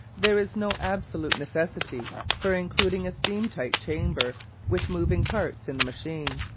there is no absolute necessity for including a steam-tight chamber with moving parts in the machine.